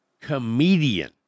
comedian